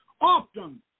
Often